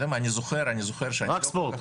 רק ספורט.